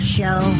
show